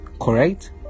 correct